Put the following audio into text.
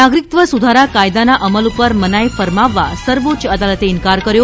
નાગરિકત્વ સુધારા કાયદાના અમલ પર મનાઇ ફરમાવવા સર્વોચ્ય અદાલતે ઇન્કાર કર્યો